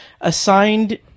assigned